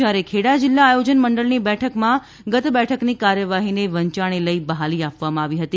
જયારે ખેડા જિલ્લા આયોજન મંડળની બેઠકમાં ગત બેઠકની કાર્યવાહીને વંયાણે લઇ બહાલી આપવામાં આવી હતી